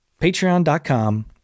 Patreon.com